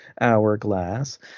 hourglass